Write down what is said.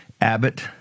Abbott